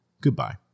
Goodbye